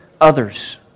others